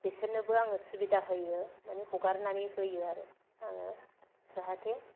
बिसोरनोबो आङो सुबिदा होयो मानि हरगारनानै होयो आरो आङो जाहाते